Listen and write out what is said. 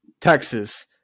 Texas